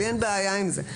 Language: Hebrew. לי אין בעיה עם זה.